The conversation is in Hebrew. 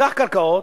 קח קרקעות,